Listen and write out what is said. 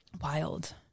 Wild